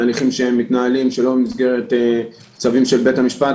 הליכים שמתנהלים שלא במסגרת צווים של בית המשפט,